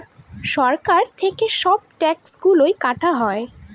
সরকার থেকে সব ট্যাক্স গুলো কাটা হয়